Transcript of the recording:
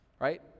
right